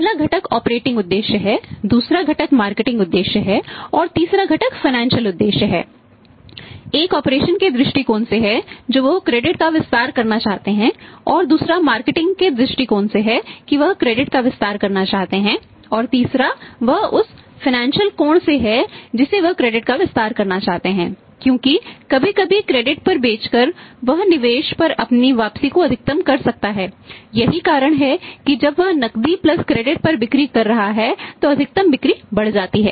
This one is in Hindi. पहला घटक ऑपरेटिंग पर बिक्री कर रहा है तो अधिकतम बिक्री बढ़ जाती है